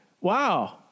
wow